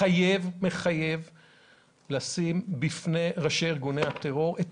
מחייב לשים בפני ראשי ארגוני הטרור את